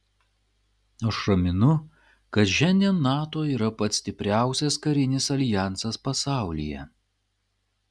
aš raminu kad šiandien nato yra pats stipriausias karinis aljansas pasaulyje